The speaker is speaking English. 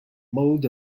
mold